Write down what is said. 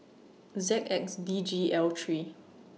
Z X D G L three